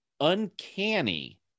uncanny